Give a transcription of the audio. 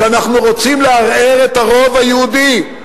שאנחנו רוצים לערער את הרוב היהודי.